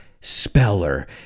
speller